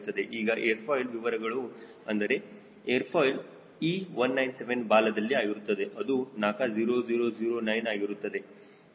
ಈಗ airfoil ವಿವರಗಳು ಅಂದರೆ ಏರ್ ಫಾಯ್ಲ್ E197 ಬಾಲದಲ್ಲಿ ಆಗಿರುತ್ತದೆ ಅದು NACA 0009 ಆಗಿರುತ್ತದೆ